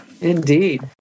Indeed